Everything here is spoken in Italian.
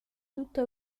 tutta